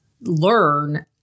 learn